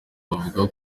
bavuga